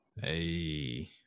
Hey